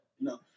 No